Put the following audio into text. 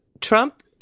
Trump